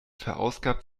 verausgabt